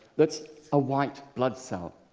that's a white blood cell.